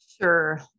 Sure